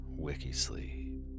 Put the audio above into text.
Wikisleep